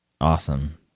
Awesome